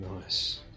Nice